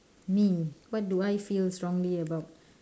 me what do I feel strongly about